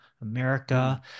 America